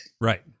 Right